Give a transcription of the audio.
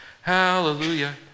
hallelujah